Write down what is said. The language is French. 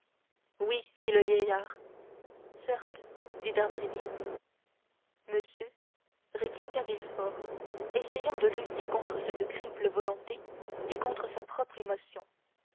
morrel oui fit le vieillard certes dit d'avrigny monsieur répliqua villefort essayant de lutter contre cette triple volonté et contre sa propre émotion